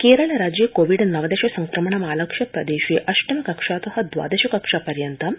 केरल परीक्षा स्थगिता केरल राज्ये कोविड नवदश संकमणमालक्ष्य प्रदेशे अष्टम कक्षात द्वादश कक्षा पर्यन्तं